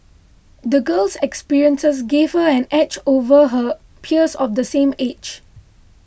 the girl's experiences gave her an edge over her peers of the same age